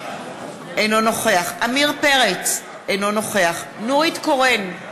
אינו נוכח עמיר פרץ, אינו נוכח נורית קורן,